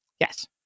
Yes